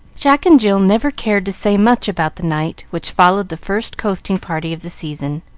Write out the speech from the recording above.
jack and jill never cared to say much about the night which followed the first coasting party of the season,